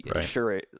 Sure